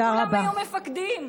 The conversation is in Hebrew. וכולם היו מפקדים.